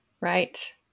right